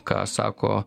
ką sako